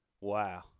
Wow